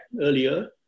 earlier